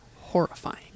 horrifying